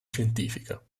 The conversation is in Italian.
scientifica